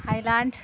Thailand